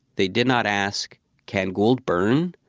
they did not ask can gold burn?